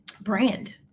brand